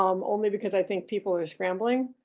um only because i think people are scrambling,